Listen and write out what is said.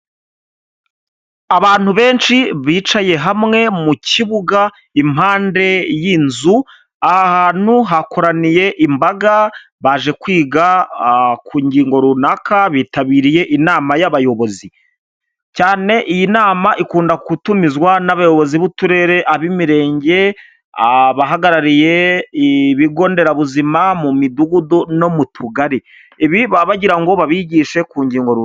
Abantu benshi bicaye hamwe mu kibuga impande y'inzu, aha hantu hakoraniye imbaga baje kwiga ku ngingo runaka bitabiriye inama y'abayobozi, cyane iyi nama ikunda gutumizwa n'abayobozi b'uturere, ab'imirenge, abahagarariye ibigo nderabuzima mu midugudu no mu tugari, ibi baba bagira ngo babigishe ku ngingo runaka.